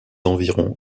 environs